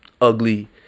ugly